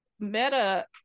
Meta